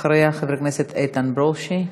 אחריה, חבר הכנסת איתן ברושי.